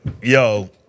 yo